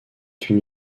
une